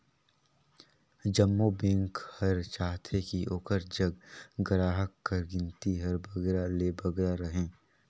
जम्मो बेंक हर चाहथे कि ओकर जग गराहक कर गिनती हर बगरा ले बगरा रहें